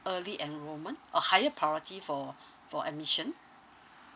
early enrolment a higher priority for for admission